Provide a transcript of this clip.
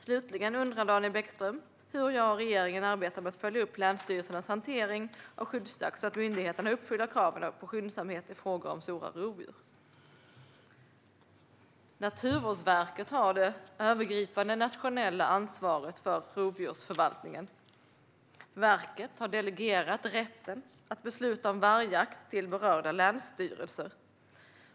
Slutligen undrar Daniel Bäckström hur jag och regeringen arbetar med att följa upp länsstyrelsernas hantering av skyddsjakt så att myndigheterna uppfyller kravet på skyndsamhet i frågor om stora rovdjur. Naturvårdsverket har det övergripande nationella ansvaret för rovdjursförvaltningen. Verket har delegerat rätten att besluta om vargjakt till berörda länsstyrelser.